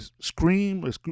scream